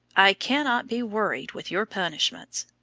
i cannot be worried with your punishments.